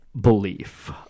belief